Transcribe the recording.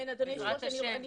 בעזרת השם.